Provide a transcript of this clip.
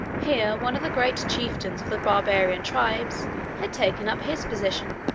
here one of the great chieftains of the barbarian tribes had taken up his position,